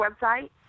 website